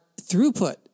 throughput